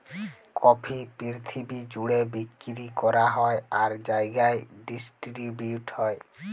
coffee পিরথিবি জ্যুড়ে বিক্কিরি ক্যরা হ্যয় আর জায়গায় ডিসটিরিবিউট হ্যয়